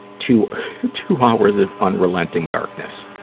two two hours of unrelenting darkness,